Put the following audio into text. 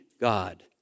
god